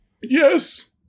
Yes